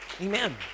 Amen